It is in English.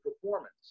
performance